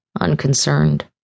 Unconcerned